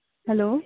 hello